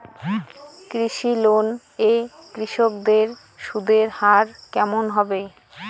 কৃষি লোন এ কৃষকদের সুদের হার কেমন হবে?